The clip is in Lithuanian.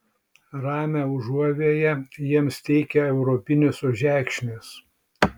ramią užuovėją jiems teikia europinis ožekšnis